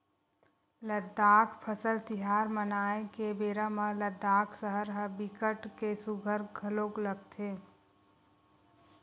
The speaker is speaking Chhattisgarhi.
लद्दाख फसल तिहार मनाए के बेरा म लद्दाख सहर ह बिकट के सुग्घर घलोक लगथे